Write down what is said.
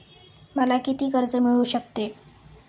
मला किती कर्ज मिळू शकते?